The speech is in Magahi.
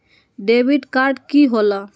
डेबिट काड की होला?